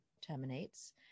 terminates